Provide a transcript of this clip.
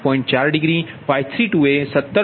4 degree Y32એ 17